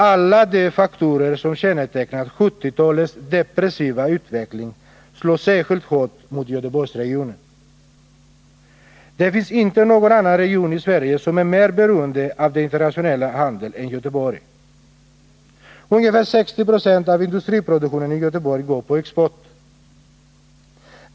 Alla de faktorer som kännetecknat 1970-talets depressiva utveckling slår särskilt hårt mot Göteborgsregionen. Det finns inte någon annan region i Sverige som är mer beroende av den internationella handeln. Ungefär 60 76 av industriproduktionen i Göteborg går på export.